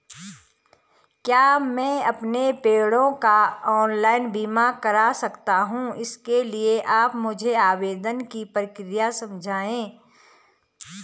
क्या मैं अपने पेड़ों का ऑनलाइन बीमा करा सकता हूँ इसके लिए आप मुझे आवेदन की प्रक्रिया समझाइए?